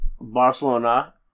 Barcelona